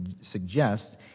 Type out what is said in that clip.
suggests